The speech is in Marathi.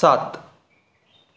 सात